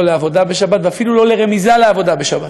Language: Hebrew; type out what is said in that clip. לא לעבודה ואפילו לא לרמיזה לעבודה בשבת,